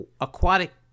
aquatic